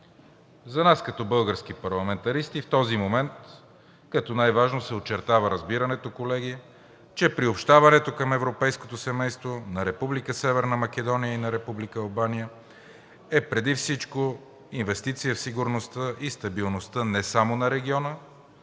За нас като български парламентаристи в този момент като най-важно се очертава разбирането, колеги, че приобщаването към европейското семейство на Република Северна Македония и на Република Албания е преди всичко инвестиция в сигурността и стабилността не само на региона,